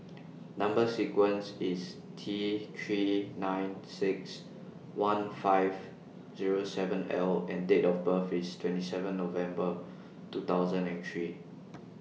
Number sequence IS T three nine six one five Zero seven L and Date of birth IS twenty seven November two thousand and three